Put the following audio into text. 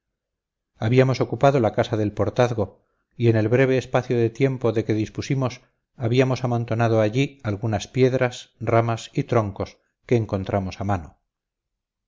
habíamos ocupado la casa del portazgo y en el breve espacio de tiempo de que dispusimos habíamos amontonado allí algunas piedras ramas y troncos que encontramos a mano